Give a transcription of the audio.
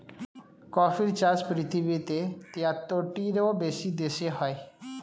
কফির চাষ পৃথিবীতে তিয়াত্তরটিরও বেশি দেশে হয়